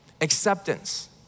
acceptance